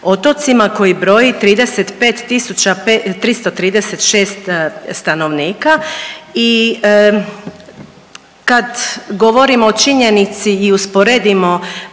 otocima koji broji 35336 stanovnika i kad govorimo o činjenici i usporedimo